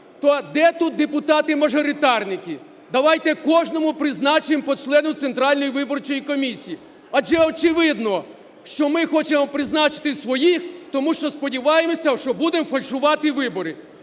то де тут депутати-мажоритарники? Давайте кожному призначимо по члену Центральної виборчої комісії, адже очевидно, що ми хочемо призначити своїх, тому що сподіваємося, що будемо фальшувати вибори.